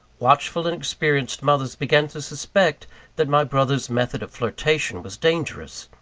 watchful and experienced mothers began to suspect that my brother's method of flirtation was dangerous,